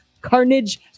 Carnage